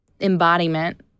embodiment